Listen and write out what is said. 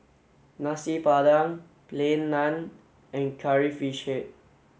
Nasi Padang Plain Naan and curry fish head